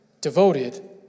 devoted